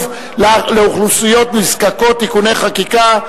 לאוכלוסיות נזקקות (תיקוני חקיקה),